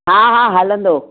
हा हा हलंदो